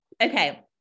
Okay